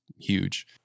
huge